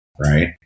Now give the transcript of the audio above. right